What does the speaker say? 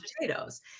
potatoes